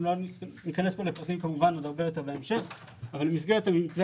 אנחנו לא ניכנס כאן לפרטים אלא בהמשך אבל במסגרת המתווה